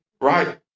Right